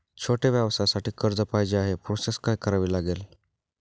छोट्या व्यवसायासाठी कर्ज पाहिजे आहे प्रोसेस काय करावी लागेल?